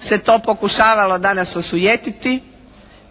se to pokušavalo danas osujetiti,